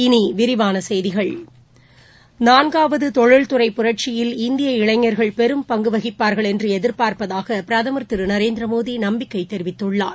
இனி விரிவான செய்திகள் நாள்காவது தொழில்துறை புரட்சியில் இந்திய இளைஞர்கள் பெரும் பங்கு வகிப்பார்கள் என்று எதிர்பார்ப்பதாக பிரதமர் திரு நரேந்திரமோடி நம்பிக்கை தெரிவித்துள்ளார்